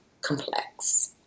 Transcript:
complex